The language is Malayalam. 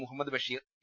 മുഹമ്മദ് ബഷീർ പി